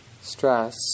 stress